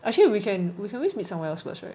actually we can we can always meet somewhere first [right]